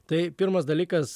tai pirmas dalykas